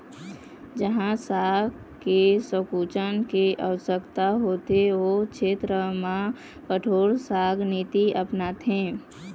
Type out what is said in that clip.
जहाँ शाख के संकुचन के आवश्यकता होथे ओ छेत्र म कठोर शाख नीति अपनाथे